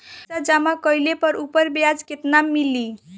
पइसा जमा कइले पर ऊपर ब्याज केतना मिली?